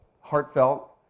heartfelt